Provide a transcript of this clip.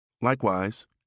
Likewise